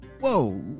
Whoa